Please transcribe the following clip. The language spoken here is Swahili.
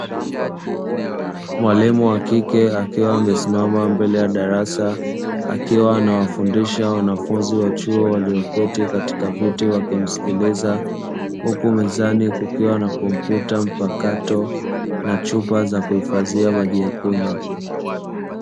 Mwalimu wa kike akiwa amesimama mbele ya darasa, akiwa anawafundisha wanafunzi wa chuo walioketi katika viti wakimsikiliza, huku mezani kukiwa na kompyuta mpakato na chupa za kuhifadhia maji ya kunywa.